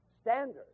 standard